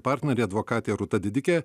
partnerė advokatė rūta didikė